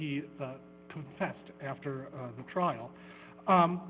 he confessed after the trial